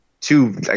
two